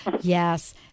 Yes